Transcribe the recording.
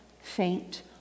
faint